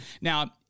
Now